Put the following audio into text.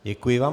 Děkuji vám.